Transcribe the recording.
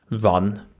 run